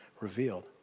revealed